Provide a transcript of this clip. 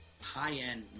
high-end